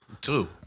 two